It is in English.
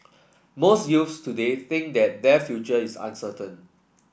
most youths today think that their future is uncertain